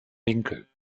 winkel